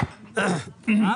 מה